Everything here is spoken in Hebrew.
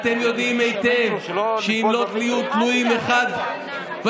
אתם יודעים היטב שאם לא תהיו תלויים אחד בשני,